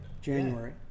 January